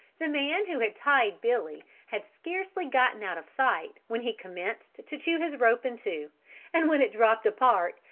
the man who had tied billy had scarcely gotten out of sight when he commenced to chew his rope in two and when it dropped apart,